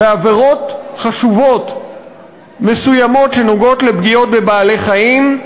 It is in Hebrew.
בעבירות חשובות מסוימות שנוגעות לפגיעות בבעלי-חיים,